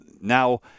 now